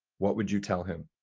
what would you tell him?